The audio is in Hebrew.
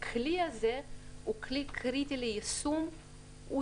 הכלי הזה הוא כלי קריטי ליישום והוא